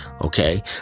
Okay